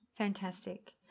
Fantastic